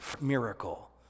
miracle